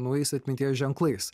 naujais atminties ženklais